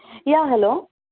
yeah hello